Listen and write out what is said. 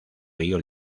río